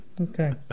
Okay